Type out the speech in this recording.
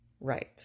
right